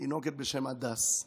תינוקת בשם הדס,